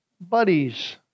buddies